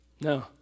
No